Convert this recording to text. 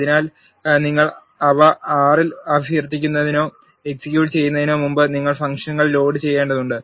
അതിനാൽ നിങ്ങൾ അവ R ൽ അഭ്യർത്ഥിക്കുന്നതിനോ എക്സിക്യൂട്ട് ചെയ്യുന്നതിനോ മുമ്പ് നിങ്ങൾ ഫംഗ്ഷനുകൾ ലോഡുചെയ്യേണ്ടതുണ്ട്